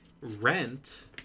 Rent